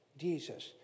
Jesus